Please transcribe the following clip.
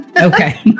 Okay